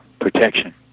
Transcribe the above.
protection